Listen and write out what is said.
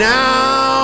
now